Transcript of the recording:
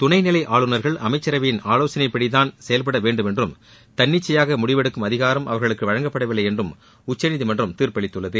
துணைநிலை ஆளுநர்கள் அமைச்சரவையின் ஆலோசனையின்படிதான் செயல்படவேண்டும் என்றும் தன்னிச்சையாக முடிவெடுக்கும் அதிகாரம் அவர்களுக்கு வழங்கப்படவில்லை என்றும் உச்சநீதிமன்றம் தீர்ப்பளித்துள்ளது